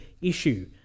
issue